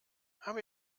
haben